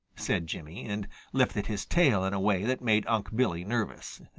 said jimmy, and lifted his tail in a way that made unc' billy nervous.